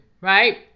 Right